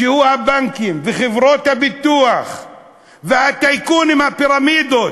שהוא הבנקים וחברות הביטוח והטייקון עם הפירמידות,